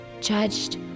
judged